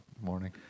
morning